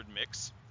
mix